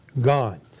gone